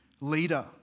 leader